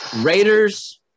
Raiders